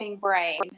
brain